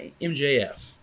MJF